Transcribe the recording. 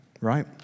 right